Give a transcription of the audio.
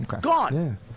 Gone